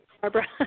Barbara